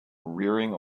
rearing